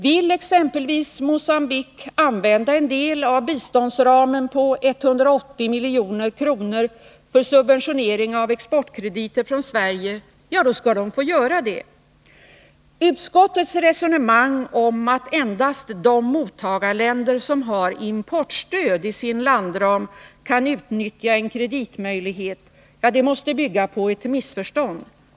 Vill exempelvis Mogambique använda en del av biståndsramen på 180 milj.kr. för subventionering av exportkrediter från Sverige, så skall man få göra det. Utskottets resonemang, att endast de mottagarländer som har importstöd i sin landram kan utnyttja en kreditmöjlighet, måste bygga på ett missförstånd.